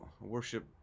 worship